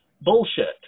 bullshit